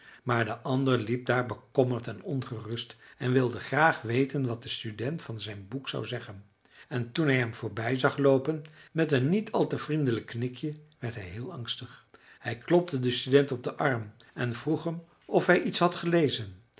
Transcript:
maar de ander liep daar bekommerd en ongerust en wilde graag weten wat de student van zijn boek zou zeggen en toen hij hem voorbij zag loopen met een niet al te vriendelijk knikje werd hij heel angstig hij klopte den student op den arm en vroeg hem of hij iets had gelezen